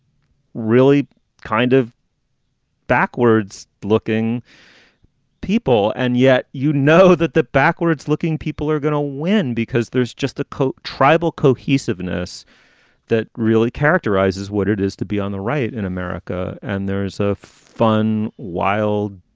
really kind of backwards looking people. and yet, you know that the backwards looking people are going to win because there's just a, quote, tribal cohesiveness that really characterizes what it is to be on the right in america. and there is a fun, wild,